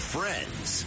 Friends